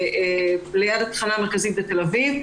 ליד התחנה המרכזית בתל אביב,